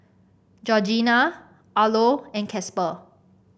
Georgina Arlo and Casper